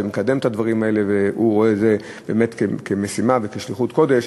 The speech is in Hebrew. שמקדם את הדברים האלה ורואה בזה משימה ושליחות קודש.